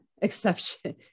exception